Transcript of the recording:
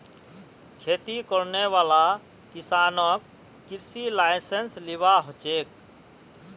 खेती करने वाला किसानक कृषि लाइसेंस लिबा हछेक